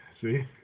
See